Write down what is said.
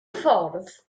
ffordd